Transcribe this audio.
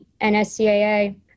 NSCAA